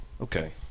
Okay